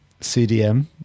CDM